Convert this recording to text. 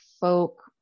folk